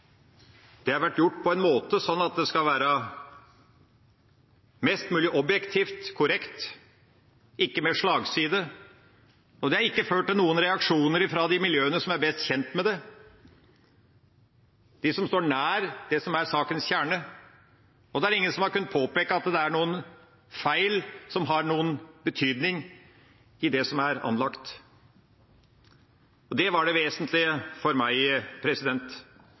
har vært gjort på en slik måte at det skal være mest mulig objektivt korrekt, ikke med slagside. Det har ikke ført til noen reaksjoner fra de miljøene som er best kjent med det, de som står nær det som er sakens kjerne. Det er ingen som har kunnet påpeke at det er noen feil som har noen betydning i det som er anlagt. Det var det vesentlige for meg.